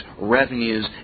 revenues